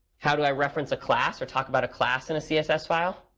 how do i reference a class or talk about a class in a css file?